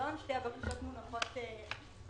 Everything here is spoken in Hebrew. על